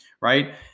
right